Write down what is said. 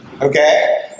Okay